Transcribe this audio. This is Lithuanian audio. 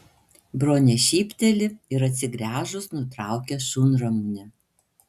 bronė šypteli ir atsigręžus nutraukia šunramunę